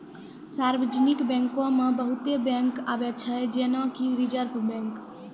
सार्वजानिक बैंको मे बहुते बैंक आबै छै जेना कि रिजर्व बैंक